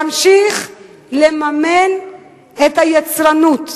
להמשיך לממן את היצרנות.